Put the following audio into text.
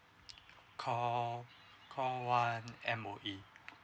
call call one M_O_E